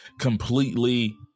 completely